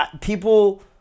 people